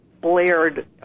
blared